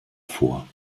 vor